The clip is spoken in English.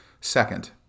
Second